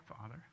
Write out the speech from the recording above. father